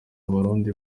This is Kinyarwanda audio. abarundi